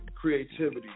creativity